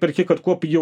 perki kad kuo pigiau